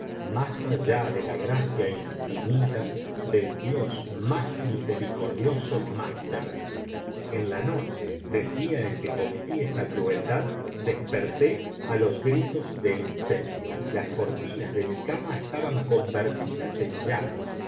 más allá de la gracia infinita del dios más misericordioso y más terrible en la noche del día en que cometí esta crueldad desperté a los gritos de incendio las cortinas de mi cama estaban convertidas en llamas